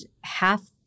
half